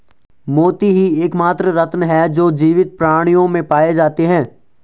मोती ही एकमात्र रत्न है जो जीवित प्राणियों में पाए जाते है